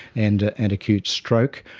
and ah and acute stroke?